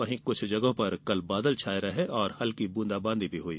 वहीं कुछ जगहों पर कल बादल छाये रहे और हल्की ब्रंदा बांदी भी हुई